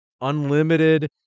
Unlimited